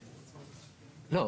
לא,